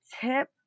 tip